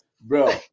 bro